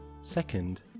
Second